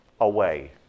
away